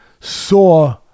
saw